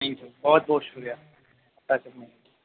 thank you بہت بہت شکریہ